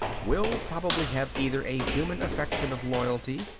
will probably have either a human affection of loyalty,